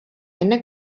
enne